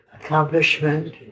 accomplishment